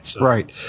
Right